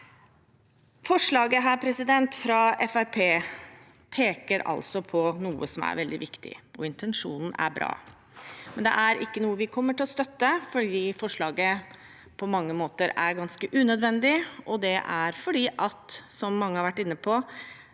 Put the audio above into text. Forslaget fra Fremskrittspartiet peker på noe som er veldig viktig, og intensjonen er bra. Men det er ikke noe vi kommer til å støtte, for forslaget er på mange måter ganske unødvendig. Det er fordi, som mange har vært inne på,